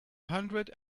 hundred